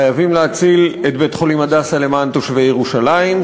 חייבים להציל את בית-חולים "הדסה" למען תושבי ירושלים,